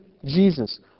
Jesus